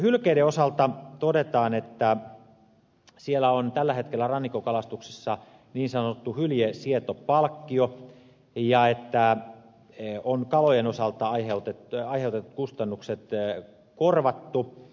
hylkeiden osalta todetaan että tällä hetkellä on rannikkokalastuksessa niin sanottu hyljesietopalkkio ja kalojen osalta on aiheutetut kustannukset korvattu